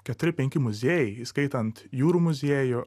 keturi penki muziejai įskaitant jūrų muziejų